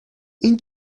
این